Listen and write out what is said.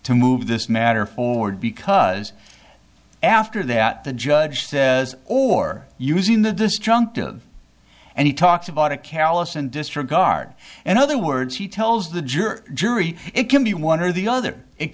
to move this matter forward because after that the judge says or using the disjunctive and he talks about a callous and disregard and other words he tells the jury jury it can be one or the other it